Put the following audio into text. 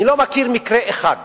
אני לא מכיר מקרה אחד